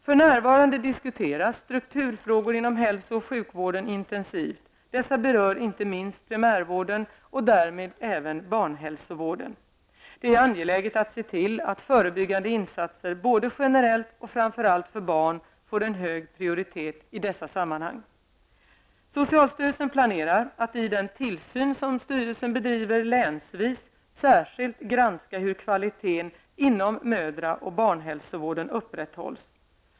För närvarande diskuteras strukturfrågor inom hälso och sjukvården intensivt. Dessa berör inte minst primärvården och därmed även barnhälsovården. Det är angeläget att se till att förebyggande insatser både generellt och framför allt för barn får en hög prioritet i dessa sammanhang. Socialstyrelsen planerar att i den tillsyn som styrelsen bedriver länsvis särskilt granska hur kvaliteten inom mödra och barnhälsovården upprätthålls.